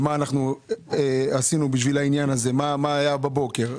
מה עשינו בשביל העניין הזה, מה היה בבוקר.